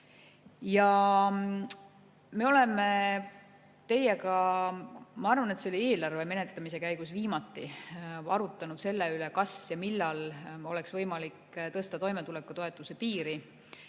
Me oleme teiega – ma arvan, et see oli viimati eelarve menetlemise käigus – arutanud selle üle, kas ja millal oleks võimalik tõsta toimetulekutoetuse piiri.